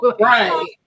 Right